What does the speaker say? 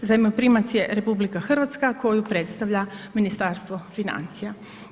Zajmoprimac je RH koju predstavlja Ministarstvo financija.